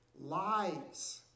lies